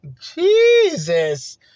Jesus